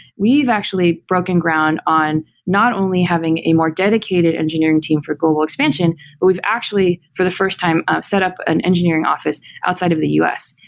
we've actually broken ground on not only having a more dedicated engineering team for global expansion, but we've actually for the first time set up an engineering office outside of the us.